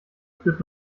führt